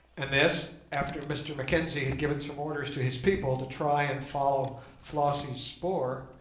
and this, after mr mackenzie had given some orders to his people to try and follow flossie's spoor,